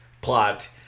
plot